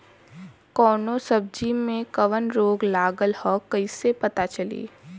कौनो सब्ज़ी में कवन रोग लागल ह कईसे पता चली?